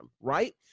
right